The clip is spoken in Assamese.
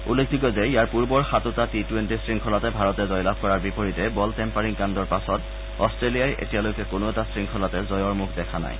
উল্লেখযোগ্য যে ইয়াৰ পূৰ্বৰ সাতোটা টি টুৱেণ্টি শৃংখলাতে ভাৰতে জয়লাভ কৰাৰ বিপৰীতে বল টেম্পাৰিং কাণ্ডৰ পাছত অষ্ট্ৰেলিয়াই এতিয়ালৈকে কোনো এটা শৃংখলাতে জয়ৰ মুখ দেখা নাই